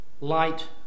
light